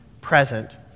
present